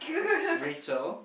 R~ Rachel